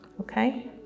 Okay